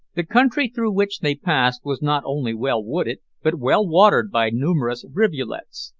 the country through which they passed was not only well wooded, but well watered by numerous rivulets.